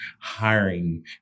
hiring